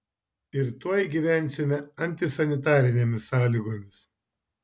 ir tuoj gyvensime antisanitarinėmis sąlygomis